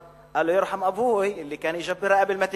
ירחם אבוי אלי כאן יג'בר אלמכסורה וירחם